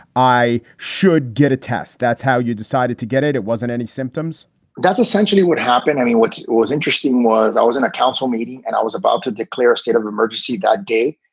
i should get a test. that's how you decided to get it. it wasn't any symptoms that's essentially what happened. i mean, what was interesting was i was in a council meeting and i was about to declare a state of emergency that day.